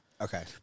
Okay